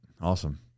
Awesome